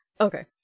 okay